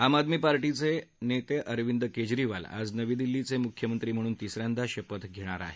आम आदमी पार्टीचे अरविंद केजरीवाल आज नवी दिल्लीचे मुख्यमंत्री म्हणून तिसऱ्यांदा शपथ घेणार आहेत